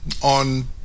on